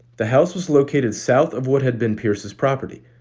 the house was located south of what had been pierce's property.